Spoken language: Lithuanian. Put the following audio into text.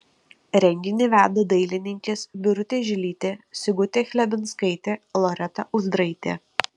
renginį veda dailininkės birutė žilytė sigutė chlebinskaitė loreta uzdraitė